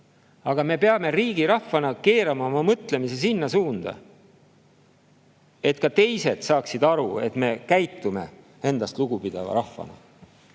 Aga me peame riigirahvana keerama oma mõtlemise sinna suunda, et ka teised saaksid aru, et me käitume endast lugupidava rahvana,